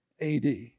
AD